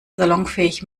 salonfähig